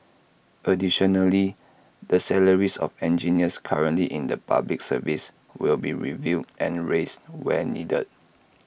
additionally the salaries of engineers currently in the Public Service will be reviewed and raised where needed